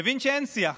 מבין שאין שיח.